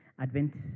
Advent